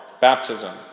Baptism